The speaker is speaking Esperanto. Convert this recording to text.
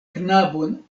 knabon